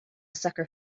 sucker